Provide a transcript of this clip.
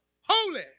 holy